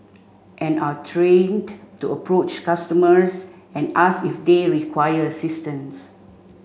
and are trained to approach customers and ask if they require assistance